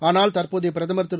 ஆனால் தற்போதைய பிரதமர் திரு